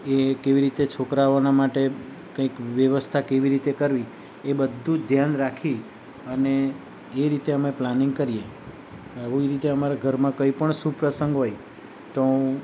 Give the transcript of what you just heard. એ કેવી રીતે છોકરાઓના માટે કંઈક વ્યવસ્થા કેવી રીતે કરવી એ બધું જ ધ્યાન રાખી અને એ રીતે અમે પ્લાનિંગ કરીએ આવી રીતે અમારા ઘરમાં કંઈપણ શુભ પ્રસંગ હોય તો હું